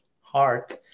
heart